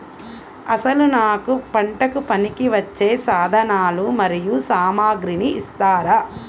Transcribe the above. అసలు నాకు పంటకు పనికివచ్చే సాధనాలు మరియు సామగ్రిని ఇస్తారా?